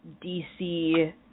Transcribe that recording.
DC